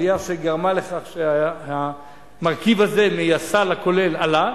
עלייה שגרמה לכך שהמרכיב הזה בסל הכולל עלה,